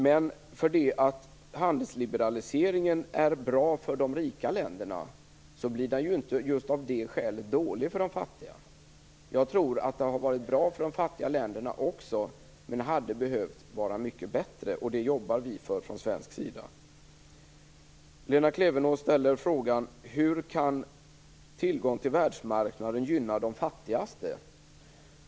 Men bara för att handelsliberalisering är bra för de rika länderna blir den ju inte just av det skälet dålig för de fattiga. Jag tror att det har varit bra också för de fattiga länderna, men det hade behövt vara mycket bättre och det jobbar vi för från svensk sida. Lena Klevenås ställer frågan: Hur kan tillgång till världsmarknaden gynna de fattigaste?